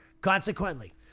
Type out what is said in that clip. Consequently